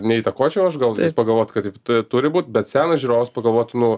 neįtakočiau aš gal pagalvot kad taip tu turi būt bet senas žiūrovas pagalvotų